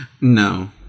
No